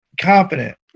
confident